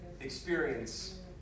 experience